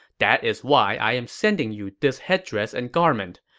that is why i am sending you this headdress and garment.